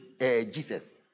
Jesus